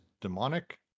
demonic